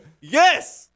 yes